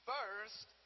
First